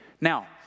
Now